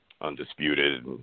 Undisputed